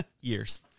Years